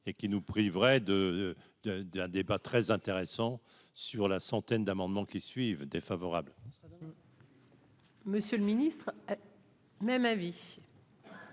et qui nous priverait de, de, d'un débat très intéressant sur la centaine d'amendements qui suivent défavorable.